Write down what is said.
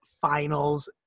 finals